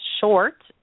short